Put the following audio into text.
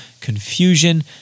confusion